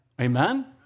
amen